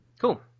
Cool